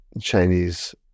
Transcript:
Chinese